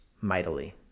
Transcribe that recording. mightily